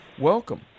Welcome